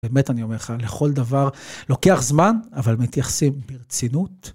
באמת, אני אומר לך, לכל דבר לוקח זמן, אבל מתייחסים ברצינות.